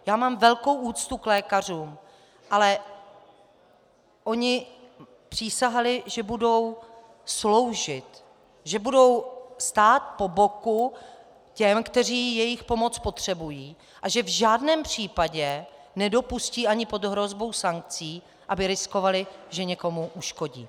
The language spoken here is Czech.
Já mám velkou úctu k lékařům, ale oni přísahali, že budou sloužit, že budou stát po boku těm, kteří jejich pomoc potřebují, a že v žádném případě nedopustí ani pod hrozbou sankcí, aby riskovali, že někomu uškodí.